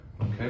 Okay